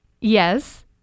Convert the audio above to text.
Yes